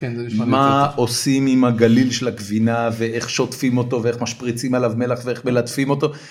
מה עושים עם הגליל של הגבינה ואיך שוטפים אותו ואיך משפריצים עליו מלח ואיך מלטפים אותו.